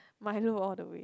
Milo all the way